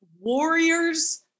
warriors